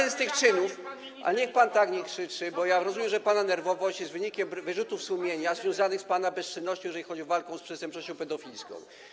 Niech pan tak nie krzyczy, bo ja rozumiem, że pana nerwowość jest wynikiem wyrzutów sumienia związanych z pana bezczynnością, jeżeli chodzi o walkę z przestępczością pedofilską.